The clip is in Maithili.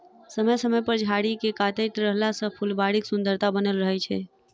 समय समय पर झाड़ी के काटैत रहला सॅ फूलबाड़ीक सुन्दरता बनल रहैत छै